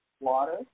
water